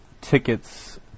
tickets